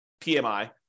PMI